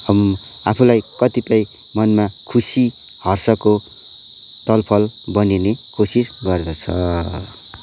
आफूलाई कतिपय मनमा खुसी हर्षको तलफल बनिने कोसिस गर्दछ